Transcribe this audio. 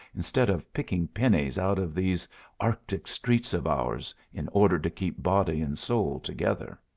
instead of picking pennies out of these arctic streets of ours, in order to keep body and soul together.